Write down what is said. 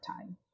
time